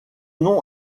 nom